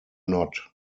not